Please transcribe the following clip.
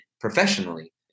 professionally